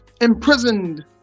imprisoned